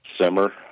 simmer